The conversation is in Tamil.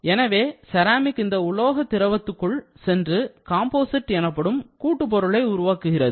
எனவே செராமிக் இந்த உலோக திரவத்துக்குள் சென்று காம்போசிட் எனப்படும் கூட்டுப் பொருளை உருவாக்குகிறது